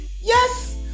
Yes